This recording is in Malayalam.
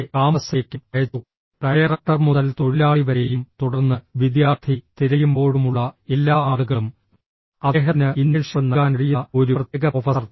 കെ കാമ്പസിലേക്കും അയച്ചു ഡയറക്ടർ മുതൽ തൊഴിലാളി വരെയും തുടർന്ന് വിദ്യാർത്ഥി തിരയുമ്പോഴുമുള്ള എല്ലാ ആളുകളും അദ്ദേഹത്തിന് ഇന്റേൺഷിപ്പ് നൽകാൻ കഴിയുന്ന ഒരു പ്രത്യേക പ്രൊഫസർ